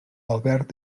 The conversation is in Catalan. albert